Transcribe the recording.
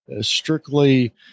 strictly